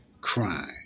crime